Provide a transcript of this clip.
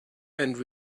and